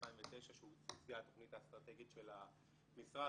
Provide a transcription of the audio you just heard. ב-2009 כשהוצגה התוכנית האסטרטגית של המשרד,